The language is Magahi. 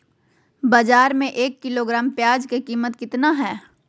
बाजार में एक किलोग्राम प्याज के कीमत कितना हाय?